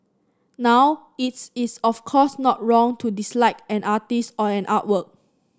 now its is of course not wrong to dislike an artist or an artwork